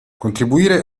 contribuire